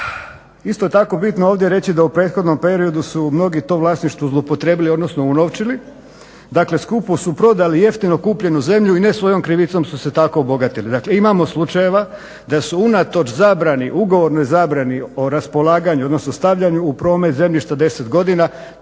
Isto tako bitno je ovdje reći da u prethodnom periodu su mnogi to vlasništvo zloupotrebili odnosno unovčili. Dakle skupo su prodali jeftino skupu zemlju i ne svojom krivicom su se tako obogatili. Dakle imamo slučajeva da su unatoč ugovornoj zabrani o raspolaganju odnosno stavljanju u promet zemljišta 10 godina